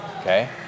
okay